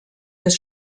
des